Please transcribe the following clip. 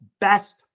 best